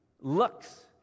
looks